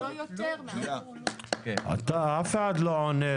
ולא יותר מ --- אף אחד לא עונה.